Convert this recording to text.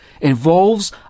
involves